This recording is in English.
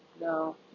No